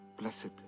Blessed